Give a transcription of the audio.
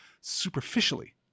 superficially